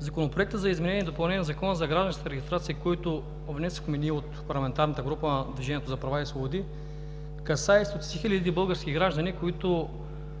Законопроектът за изменение и допълнение на Закона за гражданската регистрация, който внесохме ние от парламентарната група на „Движението за права и свободи“, касае хиляди български граждани, които